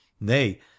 nay